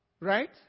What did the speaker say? right